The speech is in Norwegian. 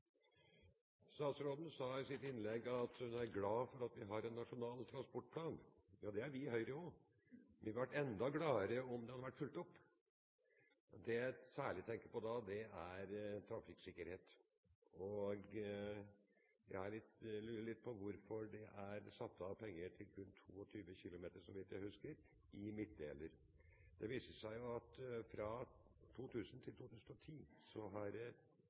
Statsråden sa i sitt innlegg at hun er glad for at vi har en nasjonal transportplan. Det er vi i Høyre også. Vi hadde vært enda gladere om den hadde vært fulgt opp. Det jeg særlig tenker på da, er trafikksikkerhet. Jeg lurer litt på hvorfor det er satt av penger til kun 22 km – så vidt jeg husker – med midtdeler. Det viser seg jo at fra 2000 til 2010 har